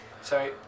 Sorry